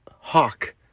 Hawk